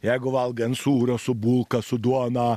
jeigu valgai ant sūrio su bulka su duona